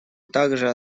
также